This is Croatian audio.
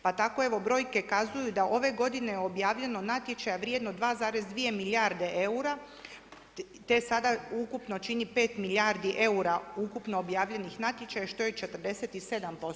Pa tako evo brojke kazuju da je ove godine objavljeno natječaja vrijedno 2,2 milijarde eura te sada ukupno čini 5 milijardi eura ukupno objavljenih natječaja što je 47%